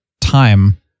time